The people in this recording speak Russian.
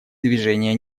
движения